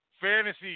Fantasy